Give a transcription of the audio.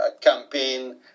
campaign